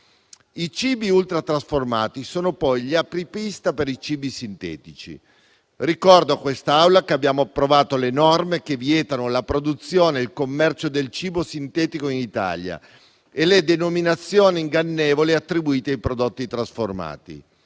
I cibi ultra-trasformati sono poi gli apripista per i cibi sintetici. Ricordo a quest'Aula che abbiamo approvato le norme che vietano la produzione e il commercio del cibo sintetico in Italia e le denominazioni ingannevoli attribuite ai prodotti trasformati.